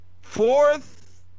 Fourth